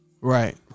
Right